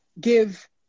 give